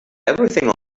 everything